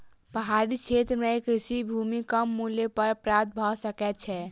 पहाड़ी क्षेत्र में कृषि भूमि कम मूल्य पर प्राप्त भ सकै छै